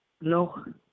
No